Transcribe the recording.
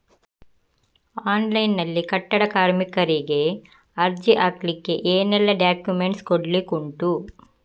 Online ನಲ್ಲಿ ಕಟ್ಟಡ ಕಾರ್ಮಿಕರಿಗೆ ಅರ್ಜಿ ಹಾಕ್ಲಿಕ್ಕೆ ಏನೆಲ್ಲಾ ಡಾಕ್ಯುಮೆಂಟ್ಸ್ ಕೊಡ್ಲಿಕುಂಟು?